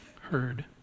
heard